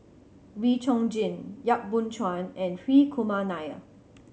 Wee Chong Jin Yap Boon Chuan and Hri Kumar Nair